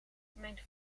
mijn